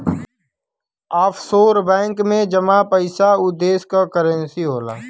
offshore bank में जमा पइसा उ देश क करेंसी होला